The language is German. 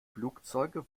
flugzeuge